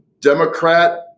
Democrat